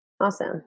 Awesome